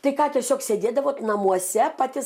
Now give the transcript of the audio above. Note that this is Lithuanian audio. tai ką tiesiog sėdėdavot namuose pati